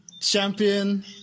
champion